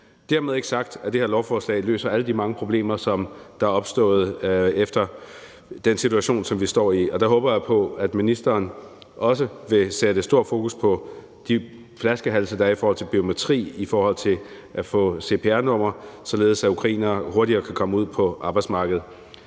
er det ikke sagt, at det her lovforslag løser alle de mange problemer, der er opstået med den situation, vi står i. Der håber jeg på, at ministeren også vil sætte stor fokus på de flaskehalse, der er i forhold til biometri og i forhold til at få et cpr-nummer, således at ukrainerne hurtigere kan komme ud på arbejdsmarkedet.